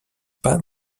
pas